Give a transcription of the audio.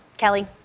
Kelly